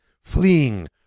fleeing